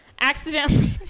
accidentally